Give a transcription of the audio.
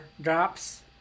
drops